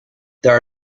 there